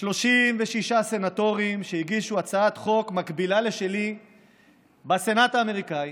ל-36 סנטורים שהגישו הצעת חוק מקבילה לשלי בסנאט האמריקאי,